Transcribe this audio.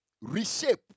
reshape